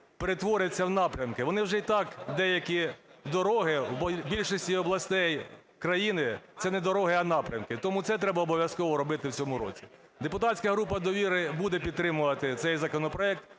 перетворяться в напрямки. Вони вже й так деякі дороги в більшості областей країни це не дороги, а напрямки. Тому це треба обов'язково робити в цьому році. Депутатська група "Довіра" буде підтримувати цей законопроект,